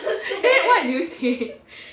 then what did you say